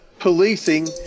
policing